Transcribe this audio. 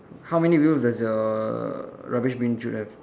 how many wheels does your rubbish bin chute have